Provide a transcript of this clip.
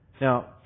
Now